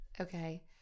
Okay